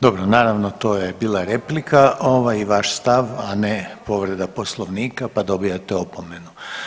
Dobro, naravno, to je bila replika, ovaj, i vaš stav, a ne povreda Poslovnika pa dobijate opomenu.